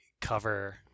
cover